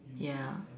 ya